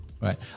right